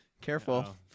careful